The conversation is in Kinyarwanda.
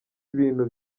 ibintu